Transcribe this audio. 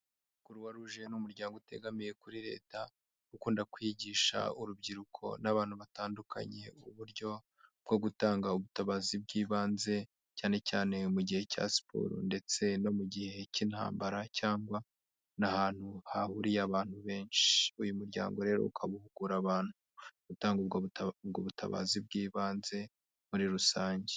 Kuruwa ruje ni umuryango utegamiye kuri reta ukunda kwigisha urubyiruko n'abantu batandukanye uburyo bwo gutanga ubutabazi bw’ibanze, cyane cyane mu gihe cya siporo ndetse no mu gihe cy'intambara cyangwa n’ahantu hahuriye abantu benshi uyu muryango. Rero ukaba uhugura abantu gutanga ubutabazi bw'ibanze muri rusange.